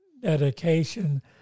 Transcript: dedication